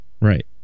right